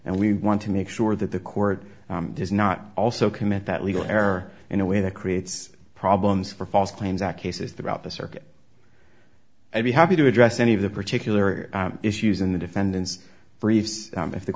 and we want to make sure that the court does not also commit that legal error in a way that creates problems for false claims that cases throughout the circuit i'd be happy to address any of the particular issues in the defendant's briefs and if the